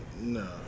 No